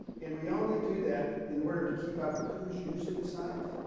and we only do that in order to keep up with who is using the site.